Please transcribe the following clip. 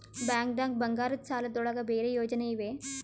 ಬ್ಯಾಂಕ್ದಾಗ ಬಂಗಾರದ್ ಸಾಲದ್ ಒಳಗ್ ಬೇರೆ ಯೋಜನೆ ಇವೆ?